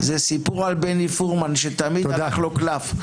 // זה סיפור על בני פורמן שתמיד הלך לו קלף.